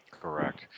Correct